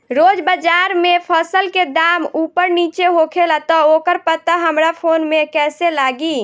रोज़ बाज़ार मे फसल के दाम ऊपर नीचे होखेला त ओकर पता हमरा फोन मे कैसे लागी?